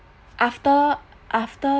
after after